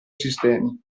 sistemi